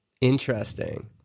Interesting